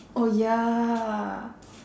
oh ya